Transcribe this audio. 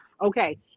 Okay